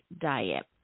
diet